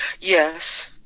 Yes